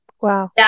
Wow